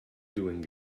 doing